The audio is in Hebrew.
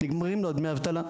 נגמרים לו דמי האבטלה.